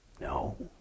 No